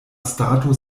stato